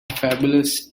fabulous